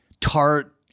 tart